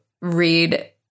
Read